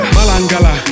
Malangala